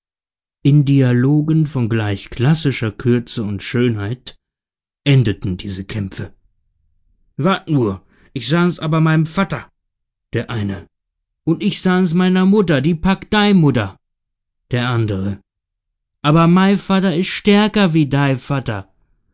in dialogen von gleich klassischer kürze und schönheit endeten diese kämpfe wart nur ich sahns abber meinem vatter der eine und ich sahns meiner mutter die packt dei mutter der andere aber mei vatter is stärker wie dei vatter